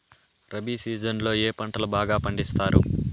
rabi season లో ఏ పంటలు బాగా పండిస్తారు